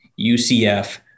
UCF